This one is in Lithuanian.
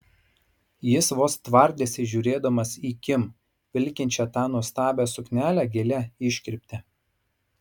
jis vos tvardėsi žiūrėdamas į kim vilkinčią tą nuostabią suknelę gilia iškirpte